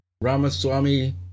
Ramaswamy